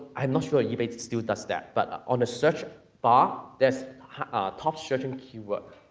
i'm not sure ebay still does that, but, on the search bar, there's top searching keyword,